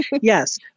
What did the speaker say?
Yes